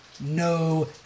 No